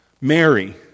Mary